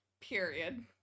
Period